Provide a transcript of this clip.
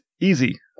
easy